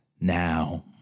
Now